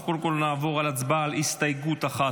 קודם כול נעבור להצבעה על הסתייגות 1,